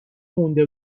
مونده